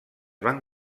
van